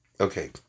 Okay